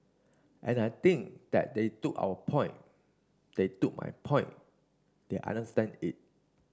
and I think that they took our point they took my point they understand it